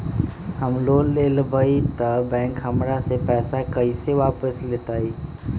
हम लोन लेलेबाई तब बैंक हमरा से पैसा कइसे वापिस लेतई?